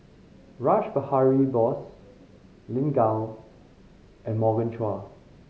Rash Behari Bose Lin Gao and Morgan Chua